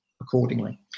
accordingly